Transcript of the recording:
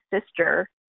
sister